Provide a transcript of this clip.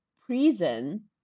prison